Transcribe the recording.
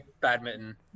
badminton